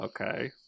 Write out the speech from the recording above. Okay